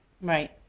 Right